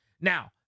Now